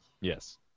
Yes